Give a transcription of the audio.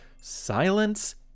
silence